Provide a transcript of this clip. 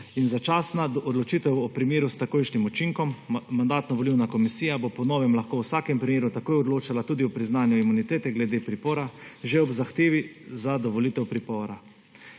In začasna odločitev ob primeru s takojšnjim učinkom. Mandatno-volilna komisija bo po novem lahko v vsakem primeru takoj odločala tudi o priznanju imunitete glede pripora že ob zahtevi za dovolitev pripora.